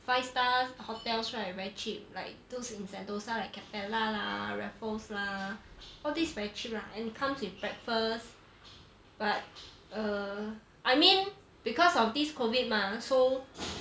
five star hotels right very cheap like those in sentosa like capella lah raffles lah all these very cheap lah and comes with breakfast but err I mean because of this covid mah so